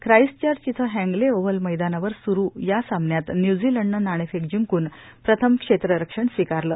Christchurch इथं Hagley Oval मैदानावर सुरू या सामन्यात न्यूझीलंडनं नाणेफेक जिंकून प्रथम क्षेत्ररक्षण स्वीकारलं